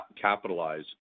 capitalize